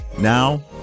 Now